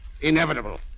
Inevitable